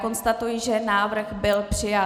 Konstatuji, že návrh byl přijat.